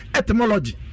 etymology